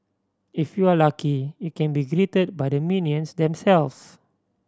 if you're lucky you can be greeted by the minions themselves